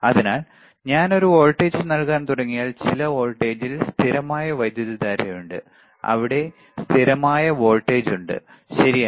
അതിനാൽ ഞാൻ ഒരു വോൾട്ടേജ് നൽകാൻ തുടങ്ങിയാൽ ചില വോൾട്ടേജിൽ സ്ഥിരമായ വൈദ്യുതധാരയുണ്ട് അവിടെ സ്ഥിരമായ വോൾട്ടേജ് ഉണ്ട് ശരിയാണ്